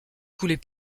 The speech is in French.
coulait